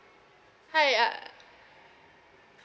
hi uh